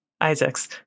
Isaacs